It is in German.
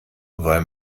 weil